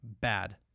bad